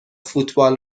فوتبال